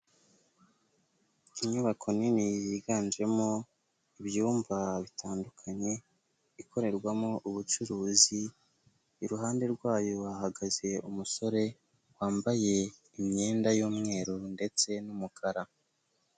Inyubako nini yiganjemo ibyumba bitandukanye, ikorerwamo ubucuruzi, iruhande rwayo hahagaze umusore, wambaye imyenda y'umweru ndetse n'umukara.